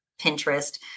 Pinterest